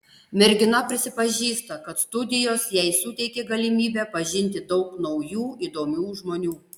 mergina prisipažįsta kad studijos jai suteikė galimybę pažinti daug naujų įdomių žmonių